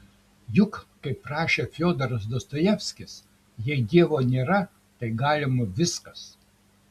juk kaip rašė fiodoras dostojevskis jei dievo nėra tai galima viskas